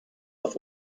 auf